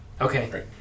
Okay